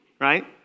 right